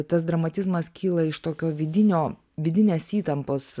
tas dramatizmas kyla iš tokio vidinio vidinės įtampos